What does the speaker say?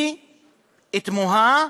היא תמוהה